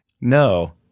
No